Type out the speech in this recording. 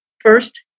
First